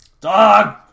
Dog